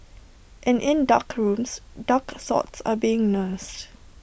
and in dark rooms dark thoughts are being nursed